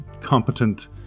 competent